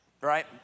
right